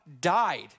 died